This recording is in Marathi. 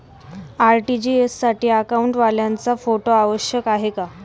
आर.टी.जी.एस साठी अकाउंटवाल्याचा फोटो आवश्यक आहे का?